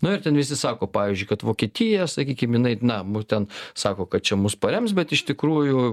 na ir ten visi sako pavyzdžiui kad vokietija sakykim jinai na būtent sako kad čia mus parems bet iš tikrųjų